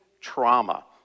trauma